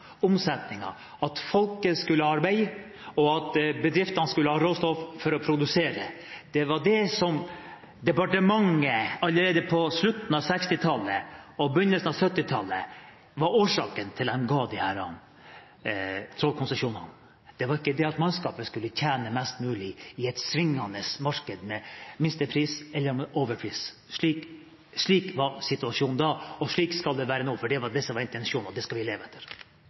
omsettingen, at folket skulle ha arbeid og at bedriftene skulle ha råstoff for å produsere. Det var det som departementet allerede på slutten av 1960-tallet og på begynnelsen av 1970-tallet sa var årsaken til at de ga disse trålkonsesjonene, det var ikke det at mannskapet skulle tjene mest mulig i et svingende marked med minstepris eller overpris. Slik var situasjonen da, og slik skal den være nå. Det var det som var intensjonen, og det skal vi leve etter.